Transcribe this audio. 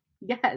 Yes